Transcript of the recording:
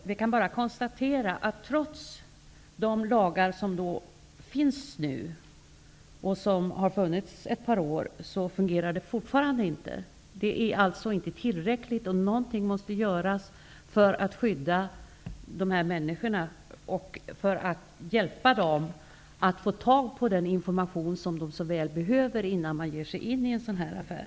Vi kan bara konstatera att det fortfarande inte fungerar, trots de lagar som nu finns och som har funnits ett par år. Det är alltså inte tillräckligt, och någonting måste göras för att skydda de här människorna och för att hjälpa dem att få tag på den information de så väl behöver innan de ger sig in i en sådan här affär.